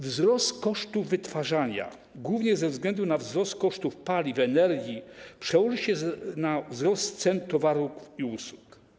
Wzrost kosztów wytwarzania, głównie ze względu na wzrost kosztów paliw, energii, przełoży się na wzrost cen towarów i usług.